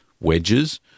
wedges